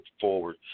forward